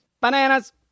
Bananas